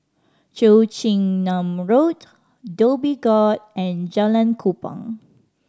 Cheong Chin Nam Road Dhoby Ghaut and Jalan Kupang